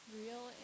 real